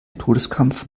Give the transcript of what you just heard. todeskampf